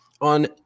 on